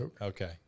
Okay